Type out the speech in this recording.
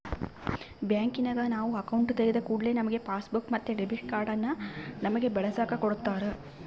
ಬ್ಯಾಂಕಿನಗ ನಾವು ಅಕೌಂಟು ತೆಗಿದ ಕೂಡ್ಲೆ ನಮ್ಗೆ ಪಾಸ್ಬುಕ್ ಮತ್ತೆ ಡೆಬಿಟ್ ಕಾರ್ಡನ್ನ ನಮ್ಮಗೆ ಬಳಸಕ ಕೊಡತ್ತಾರ